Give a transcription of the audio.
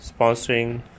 sponsoring